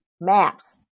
maps